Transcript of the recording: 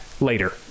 later